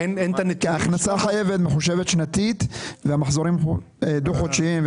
כי הכנסה חייבת מחושבת שנתית והמחזור הם דו-חודשיים.